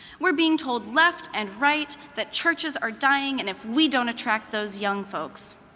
we're being told left and right that churches are dying and if we don't attract those young folks,